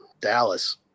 Dallas